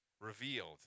revealed